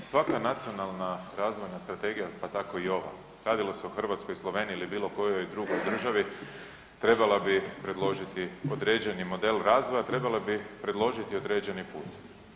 Svaka Nacionalna razvoja strategija pa tako i ova, radilo se o Hrvatskoj, Sloveniji ili bilokojoj drugoj državi, trebala bi predložiti određeni model razvoja, trebala bi predložiti određeni put.